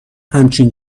همچین